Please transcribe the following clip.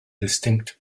distinct